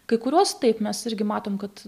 kai kuriuos taip mes irgi matom kad